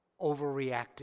overreacted